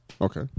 okay